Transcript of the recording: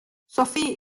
sophie